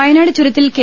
വയനാട് ചുരത്തിൽ കെ